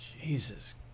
Jesus